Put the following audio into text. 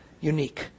unique